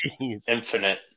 Infinite